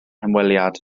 hymweliad